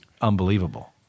unbelievable